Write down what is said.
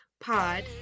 Pod